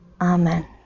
amen